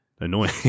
annoying